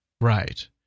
Right